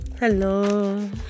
hello